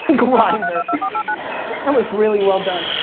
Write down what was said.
and grindr that was really well done.